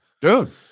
dude